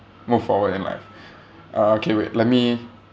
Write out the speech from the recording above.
move forward in life uh okay wait let me